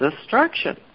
destruction